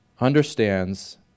understands